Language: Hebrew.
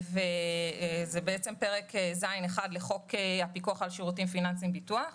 זה פרק ז'1 לחוק הפיקוח על שירותים פיננסיים (ביטוח),